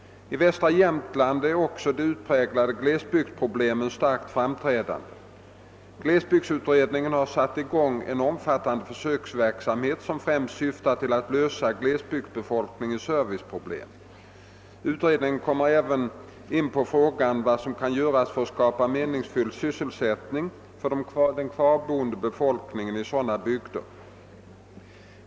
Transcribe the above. I västra Jämtland är också de utpräglade glesbygdsproblemen =<starkt framträdande. Glesbygdsutredningen har satt i gång en omfattande försöksverksamhet som främst syftar till att lösa glesbygdsbefolkningens serviceproblem. Utredningen kommer även in på frågan vad som kan göras för att skapa meningsfull sysselsättning för den kvarboende befolkningen i sådana bygder.